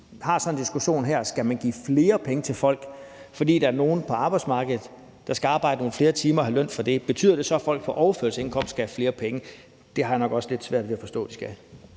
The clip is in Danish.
Vi har en diskussion her om, om man skal give flere penge til folk, fordi der er nogle på arbejdsmarkedet, der skal arbejde nogle flere timer og have løn for det. Betyder det så, at folk på overførselsindkomst skal have flere penge? Det har jeg nok også lidt svært ved at forstå de skal.